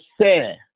say